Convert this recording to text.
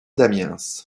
damiens